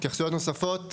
התייחסויות נוספות?